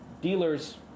dealers